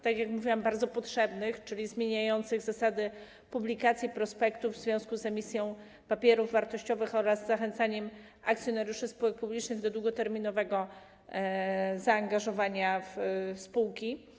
Tak jak mówiłam, są to bardzo potrzebne regulacje: zmieniają one zasady publikacji prospektów w związku z emisją papierów wartościowych oraz zachęcaniem akcjonariuszy spółek publicznych do długoterminowego zaangażowania w spółki.